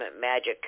magic